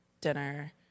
dinner